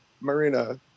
Marina